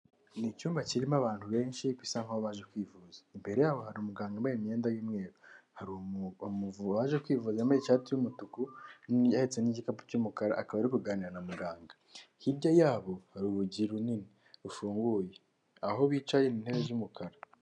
Ni icyumba kirimo abantu benshi bisa nk'aho baje kwivuza. Imbere yaho hari umuganga wambaye imyenda y'umweru, hari uwaje kwivuza wambaye ishati y'umutuku ntse n'igikapu cy'umukara, akaba ari kuganira na muganga. Hirya yabo hari urugi runini rufunguye aho bicaye ni intebe z'umukara.